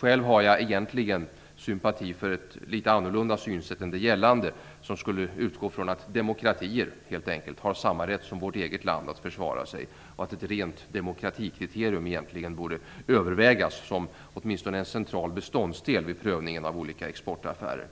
Själv har jag sympati för ett litet annorlunda synsätt än det gällande, som skulle utgå från att demokratier helt enkelt har samma rätt som vårt eget land att försvara sig och att ett rent demokratikriterium borde övervägas som åtminstone en central beståndsdel i prövningen av olika exportaffärer.